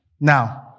Now